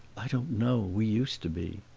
i don't know we used to be.